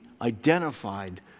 identified